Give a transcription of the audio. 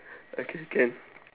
okay can